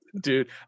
Dude